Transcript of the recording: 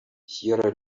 сьерра